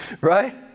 right